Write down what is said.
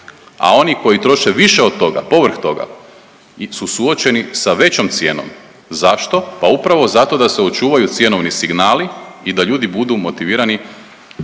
a oni koji troše više od toga, povrh toga su suočeni sa većom cijenom. Zašto? Pa upravo zato da se očuvaju cjenovni signali i da ljudi budu motivirani